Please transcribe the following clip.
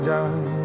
Done